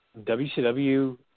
WCW